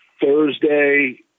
Thursday